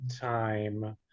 time